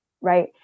right